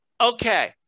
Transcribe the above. Okay